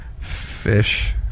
Fish